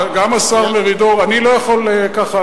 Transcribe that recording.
גם השר מרידור, אני לא יכול ככה.